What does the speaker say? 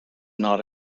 not